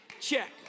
check